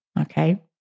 okay